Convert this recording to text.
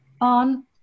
on